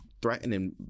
threatening